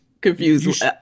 confused